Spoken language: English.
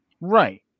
Right